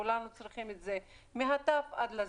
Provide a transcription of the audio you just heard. כולנו צריכים את זה, מהטף עד לזקן.